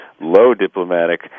low-diplomatic